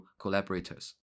collaborators